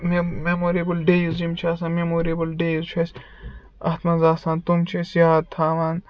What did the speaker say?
ma'am memorable days یِم چھِ آسان مٮ۪موریبُل ڈیٚیز چھِ اَسہِ اَتھ منٛز آسان تِم چھِ أسۍ یاد تھاوان